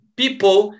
people